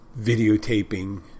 videotaping